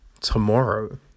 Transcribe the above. tomorrow